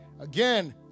Again